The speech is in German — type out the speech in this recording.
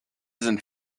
sind